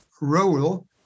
role